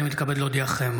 אני מתכבד להודיעכם,